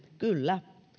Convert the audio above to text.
kyllä